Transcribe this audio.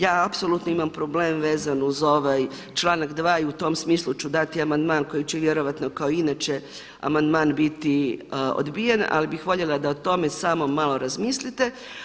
Ja apsolutno imam problem vezano uz ovaj članak 2. i u tom smislu ću dati amandman koji će vjerojatno kao i inače amandman biti odbijen ali bih voljela da o tome samo malo razmislite.